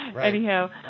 Anyhow